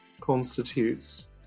constitutes